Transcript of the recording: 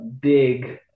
big